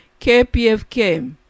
KPFK